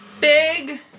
big